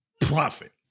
profit